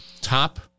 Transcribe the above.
top